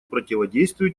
противодействию